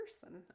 person